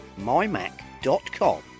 mymac.com